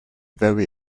very